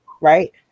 right